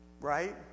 Right